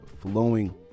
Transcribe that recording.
flowing